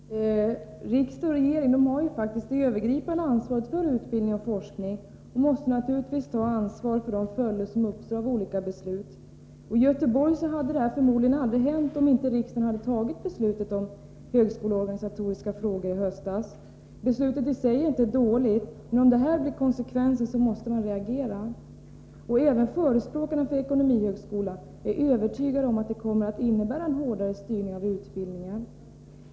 Herr talman! Riksdag och regering har ju faktiskt det övergripande ansvaret för utbildning och forskning och måste naturligtvis ta ansvar för följderna av olika beslut. I Göteborg hade det här förmodligen aldrig hänt om inte riksdagen hade fattat beslutet om högskoleorganisatoriska frågor i höstas. Beslutet i sig är inte dåligt. Men om det här blir konsekvensen, så måste man reagera. Även förespråkarna för en ekonomihögskola är övertygade om att beslutet kommer att innebära en hårdare styrning av utbildningen.